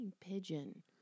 pigeon